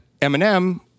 Eminem